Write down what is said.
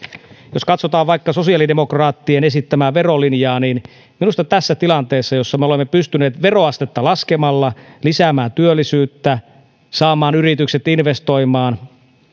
jos katsotaan vaikka sosiaalidemokraattien esittämää verolinjaa niin minusta tässä tilanteessa jossa me olemme pystyneet veroastetta laskemalla lisäämään työllisyyttä saamaan yritykset investoimaan